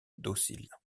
docile